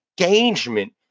engagement